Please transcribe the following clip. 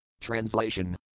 Translation